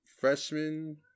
freshman